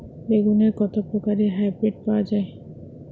বেগুনের কত প্রকারের হাইব্রীড পাওয়া যায়?